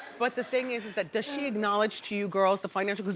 but the thing is that does she acknowledge to you girls the financial,